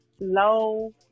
low